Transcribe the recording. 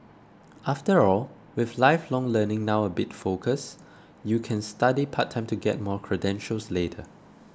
after all with lifelong learning now a big focus you can study part time to get more credentials later